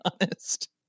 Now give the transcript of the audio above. honest